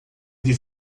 ele